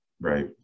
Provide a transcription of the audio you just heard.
Right